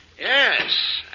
Yes